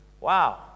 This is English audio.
wow